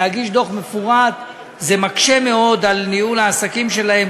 להגיש דוח מפורט זה מקשה מאוד על ניהול העסקים שלהם,